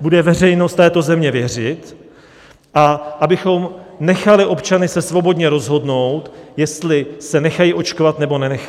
bude veřejnost této země věřit, a abychom nechali občany se svobodně rozhodnout, jestli se nechají očkovat, nebo nenechají.